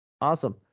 Awesome